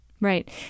Right